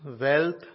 wealth